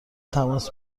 تماس